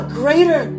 greater